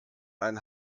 einen